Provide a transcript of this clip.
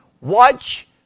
Watch